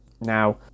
Now